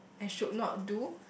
and should not do